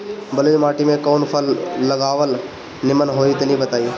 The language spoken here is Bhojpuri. बलुई माटी में कउन फल लगावल निमन होई तनि बताई?